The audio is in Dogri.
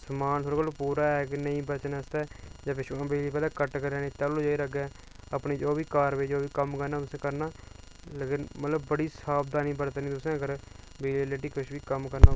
समान थुआढ़े कोल पूरा ऐ कि नेईं बचने आस्तै जां पिच्छूं दा बिजली पैह्लै कट्ट करी लैनी तैह्लूं अग्गै अपनी जो बी कारवाई जो बी कम्म करना उसी करना लेकिन मतलब बड़ी सावधानी बरतनी फ्ही तुसें अगर बिजली दे रिलेटड किश बी कम्म करना